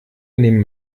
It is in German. nehmen